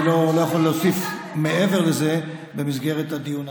אני לא יכול להוסיף מעבר לזה במסגרת הדיון הנוכחי.